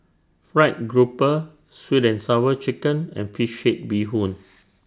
Fried Grouper Sweet and Sour Chicken and Fish Head Bee Hoon